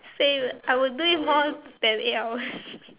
same I would do it more than eight hours